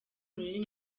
rurimi